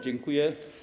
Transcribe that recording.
Dziękuję.